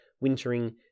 wintering